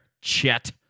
Chet